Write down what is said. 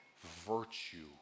virtue